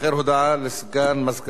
הודעה לסגן מזכירת הכנסת.